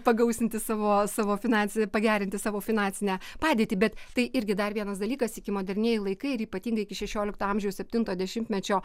pagausinti savo savo finansinį pagerinti savo finansinę padėtį bet tai irgi dar vienas dalykas iki modernieji laikai ir ypatingai iki šešiolikto amžiaus septinto dešimtmečio